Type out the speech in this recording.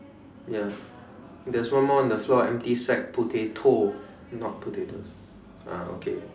ya there's one more on the floor empty sack potato not potatoes ah okay